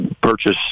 purchase